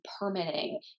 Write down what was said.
permitting